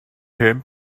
hen